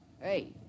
Hey